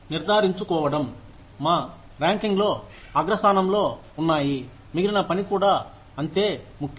నిర్ధారించుకోవడం మా ర్యాంకింగ్లో అగ్రస్థానంలో ఉన్నాయి మిగిలిన పని కూడా అంతే ముఖ్యం